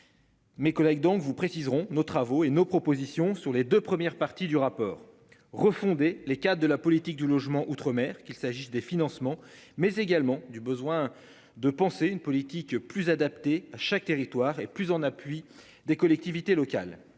Mes collègues donc vous préciseront nos travaux et nos propositions sur les 2 premières parties du rapport refonder les cas de la politique du logement outre-mer qu'il s'agisse des financements, mais également du besoin de penser une politique plus adaptées à chaque territoire et plus en appui des collectivités locales